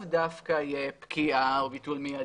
זאת לאו דווקא תהיה פגיעה או ביטול מיידי,